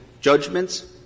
judgments